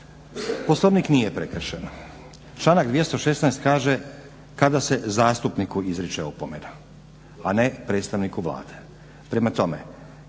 Poslovnik nije prekršen. Članka 216. kaže: " kada se zastupniku izriče opomena a ne predstavniku Vlade. Prema tome